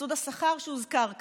בסבסוד השכר שהוזכר כאן.